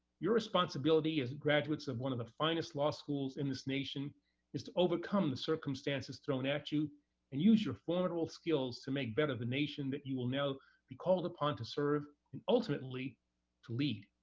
your responsibility of graduates of one of the finest law schools in this nation is to overcome the circumstances thrown at you and use your formidable skills to make better the nation that you will now be called upon to serve and ultimately to lead.